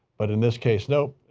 but in this case, nope,